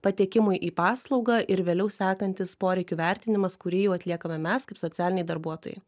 patekimui į paslaugą ir vėliau sekantis poreikių vertinimas kurį jau atliekame mes kaip socialiniai darbuotojai